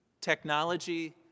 technology